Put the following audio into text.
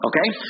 Okay